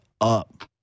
up